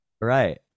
Right